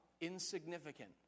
insignificant